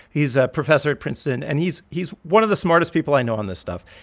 he's a professor at princeton. and he's he's one of the smartest people i know on this stuff.